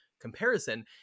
comparison